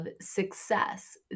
success